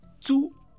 two